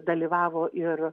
dalyvavo ir